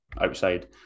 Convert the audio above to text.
outside